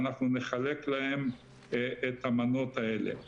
ואנחנו נחלק להם את המנות האלה,